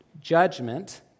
judgment